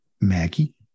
Maggie